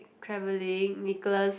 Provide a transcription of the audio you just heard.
travelling Nicholas